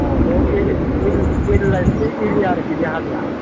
बे उइल्द लाइफनि एरिया आरोखि बे हाजोआ